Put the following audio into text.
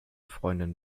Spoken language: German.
freundin